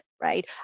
right